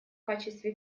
качестве